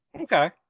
Okay